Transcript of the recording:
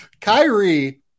Kyrie